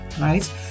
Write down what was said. Right